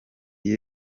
y’i